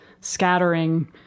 scattering